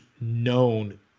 known